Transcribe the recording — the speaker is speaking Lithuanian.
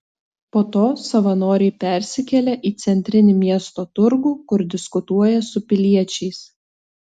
po to savanoriai persikelia į centrinį miesto turgų kur diskutuoja su piliečiais